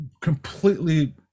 completely